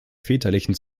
väterlichen